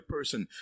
person